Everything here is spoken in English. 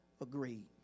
agreed